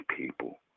people